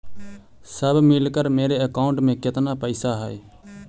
सब मिलकर मेरे अकाउंट में केतना पैसा है?